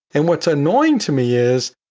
and what's annoying to me is,